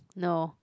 no